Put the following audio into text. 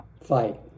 fight